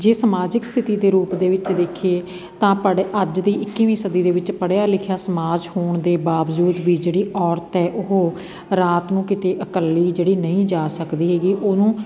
ਜੇ ਸਮਾਜਿਕ ਸਥਿਤੀ ਦੇ ਰੂਪ ਦੇ ਵਿੱਚ ਦੇਖੀਏ ਤਾਂ ਆਪਣੇ ਅੱਜ ਦੀ ਇੱਕੀਵੀਂ ਸਦੀ ਦੇ ਵਿੱਚ ਪੜ੍ਹਿਆ ਲਿਖਿਆ ਸਮਾਜ ਹੋਣ ਦੇ ਬਾਵਜੂਦ ਵੀ ਜਿਹੜੀ ਔਰਤ ਹੈ ਉਹ ਰਾਤ ਨੂੰ ਕਿਤੇ ਇਕੱਲੀ ਜਿਹੜੀ ਨਹੀਂ ਜਾ ਸਕਦੀ ਹੈਗੀ ਉਹਨੂੰ